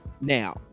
now